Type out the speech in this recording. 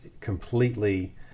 completely